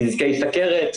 נזקי סכרת,